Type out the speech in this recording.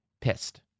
pissed